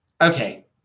Okay